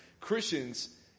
Christians